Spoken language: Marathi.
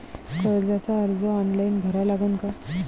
कर्जाचा अर्ज ऑनलाईन भरा लागन का?